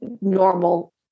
normal